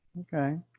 Okay